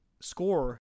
score